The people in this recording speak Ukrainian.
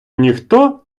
ніхто